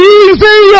easy